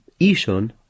Ishon